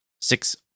six